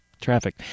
Traffic